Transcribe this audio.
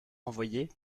renvoyé